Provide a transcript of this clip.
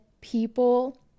people